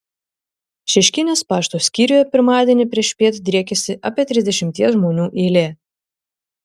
šeškinės pašto skyriuje pirmadienį priešpiet driekėsi apie trisdešimties žmonių eilė